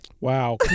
Wow